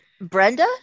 Brenda